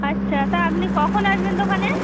আচ্ছা তা আপনি কখন আসবেন দোকানে